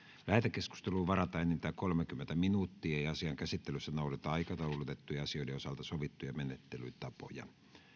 lähetekeskusteluun varataan enintään kolmekymmentä minuuttia asian käsittelyssä noudatetaan aikataulutettujen asioiden osalta sovittuja menettelytapoja